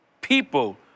people